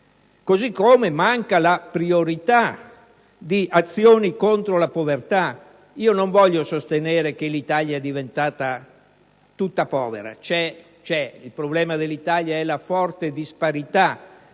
l'indicazione di priorità delle azioni contro la povertà; non voglio sostenere che l'Italia è diventata tutta povera. Il problema dell'Italia è la forte disparità